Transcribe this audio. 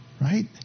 right